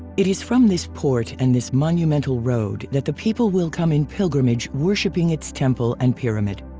it is from this port and this monumental road that the people will come in pilgrimage worshiping its temple and pyramid.